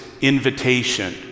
invitation